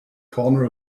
corner